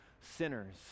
sinners